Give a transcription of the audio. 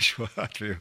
šiuo atveju